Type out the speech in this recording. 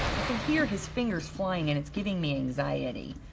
i can hear his fingers flying, and it's giving me anxiety.